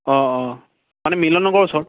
অ' অ' মানে মিলন নগৰ ওচৰ